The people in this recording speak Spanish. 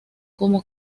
como